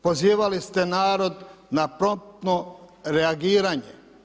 Pozivali ste narod na promptno reagiranje.